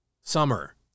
summer